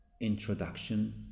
introduction